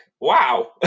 wow